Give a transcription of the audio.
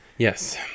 Yes